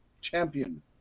Champion